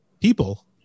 people